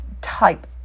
type